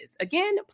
Again